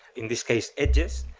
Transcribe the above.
in this case, edges.